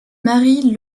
marie